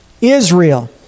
Israel